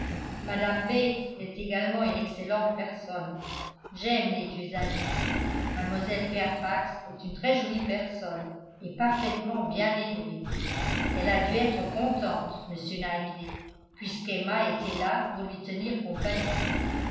bates et également une excellente personne j'aime les vieux amis mlle fairfax est une très jolie personne et parfaitement bien élevée elle a dû être contente monsieur knightley puisqu'emma était là pour lui tenir compagnie